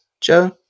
Joe